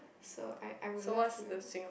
so I I will love to